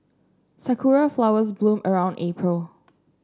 sakura flowers bloom around April